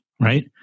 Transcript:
right